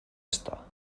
esta